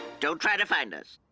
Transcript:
don't try to find us.